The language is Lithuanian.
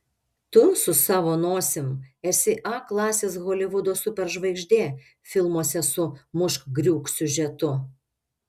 tu su savo nosim esi a klasės holivudo superžvaigždė filmuose su mušk griūk siužetu